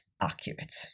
accurate